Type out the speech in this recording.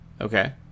Okay